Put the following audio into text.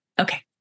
okay